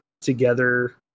together